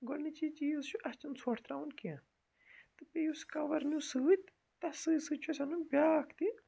گۄڈنِچی چیٖز چھُ اَسہِ چھُ نہٕ ژھۅٹھ ترٛاوُن کیٚنٛہہ تہٕ بیٚیہِ یُس کَور نیٛوٗ سۭتۍ تتھ سۭتۍ سۭتۍ چھُ اَسہِ اَنُن بیٛاکھ تہِ